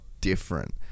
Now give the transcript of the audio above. different